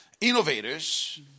innovators